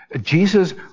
jesus